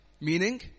Meaning